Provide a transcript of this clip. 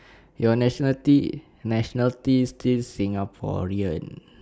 your nationality nationality still singaporean